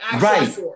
right